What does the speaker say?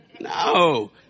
No